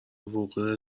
وقوع